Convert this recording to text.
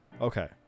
Okay